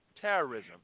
terrorism